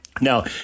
Now